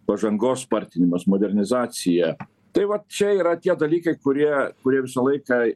pažangos spartinimas modernizacija tai vat čia yra tie dalykai kurie kurie visą laiką